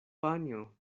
panjo